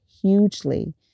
hugely